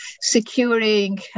securing